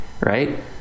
right